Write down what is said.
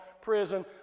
prison